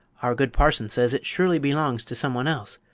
our good parson says it surely belongs to some one else,